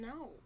no